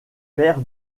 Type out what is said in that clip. père